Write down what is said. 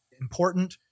important